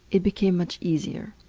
it became much easier.